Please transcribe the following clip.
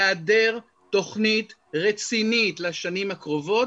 בהיעדר תוכנית רצינית לשנים הקרובות